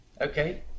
okay